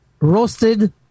roasted